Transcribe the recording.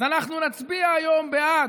אז אנחנו נצביע היום בעד,